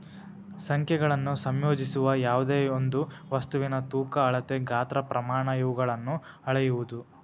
ಸಂಖ್ಯೆಗಳನ್ನು ಸಂಯೋಜಿಸುವ ಯಾವ್ದೆಯೊಂದು ವಸ್ತುವಿನ ತೂಕ ಅಳತೆ ಗಾತ್ರ ಪ್ರಮಾಣ ಇವುಗಳನ್ನು ಅಳೆಯುವುದು